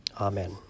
Amen